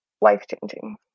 life-changing